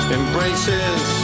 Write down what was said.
embraces